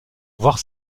voire